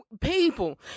people